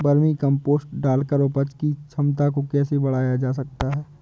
Vermi compost डालकर उपज की क्षमता को कैसे बढ़ाया जा सकता है?